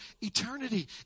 eternity